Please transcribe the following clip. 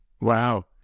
Wow